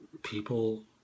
people